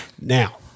Now